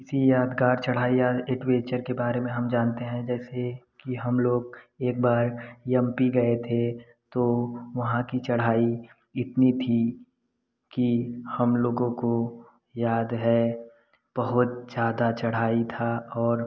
किसी यादगार चढ़ाई या एडवेंचर के बारे में हम जानते हैं जैसे कि हम लोग एक बार यम पी गए थे तो वहाँ की चढ़ाई इतनी थी कि हम लोगों को याद है बहुत ज़्यादा चढ़ाई था और